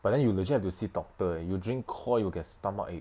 but then you legit have to see doctor eh you drink KOI you'll get stomach ache